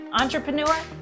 entrepreneur